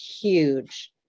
huge